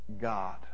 God